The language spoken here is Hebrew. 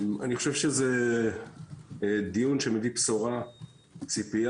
אני חושב שזה דיון שמביא בשורה וציפייה,